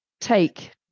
take